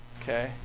Okay